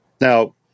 Now